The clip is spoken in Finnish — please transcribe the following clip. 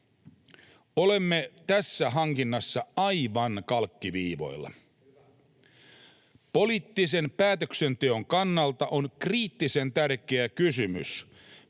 Olemme tässä hankinnassa aivan kalkkiviivoilla. Poliittisen päätöksenteon kannalta on kriittisen tärkeä kysymys,